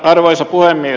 arvoisa puhemies